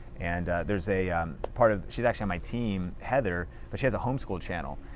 and there's a part of, she's actually on my team, heather, but she has a homeschool channel.